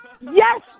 Yes